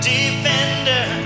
Defender